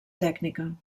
tècnica